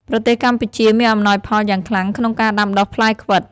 ប្រទេសកម្ពុជាមានអំណោយផលយ៉ាងខ្លាំងក្នុងការដាំដុះផ្លែខ្វិត។